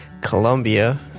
colombia